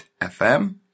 FM